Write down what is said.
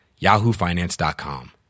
yahoofinance.com